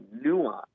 nuance